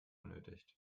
benötigt